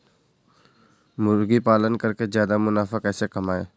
मुर्गी पालन करके ज्यादा मुनाफा कैसे कमाएँ?